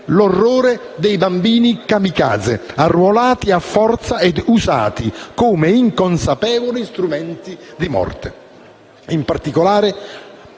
l'orrore dei bambini-kamikaze, arruolati a forza e usati come inconsapevoli strumenti di morte.